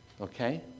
okay